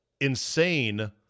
insane